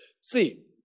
See